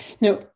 Now